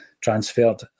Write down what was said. transferred